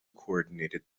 coordinated